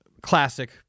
classic